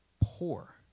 poor